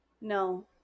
No